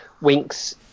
Wink's